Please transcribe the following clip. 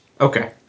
Okay